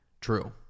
True